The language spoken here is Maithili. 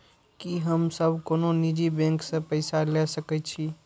की हम सब कोनो निजी बैंक से पैसा ले सके छी?